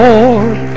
Lord